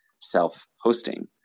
self-hosting